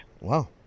Wow